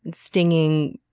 and stinging,